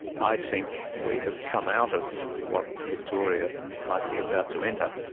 i think we have come out of what victoria might be about to enter,